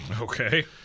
okay